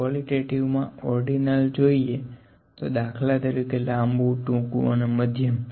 qualitative મા ordinal જોઈએ તો દાખલા તરીકે લાંબુ ટૂંકું અને મધ્યમ